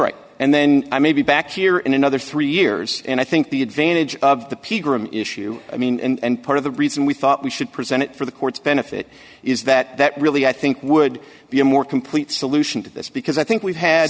right and then i may be back here in another three years and i think the advantage of the peak room issue i mean and part of the reason we thought we should present it for the court's benefit is that that really i think would be a more complete solution to this because i think we've had